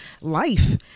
life